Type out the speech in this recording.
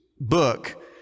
book